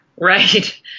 right